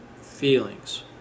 feelings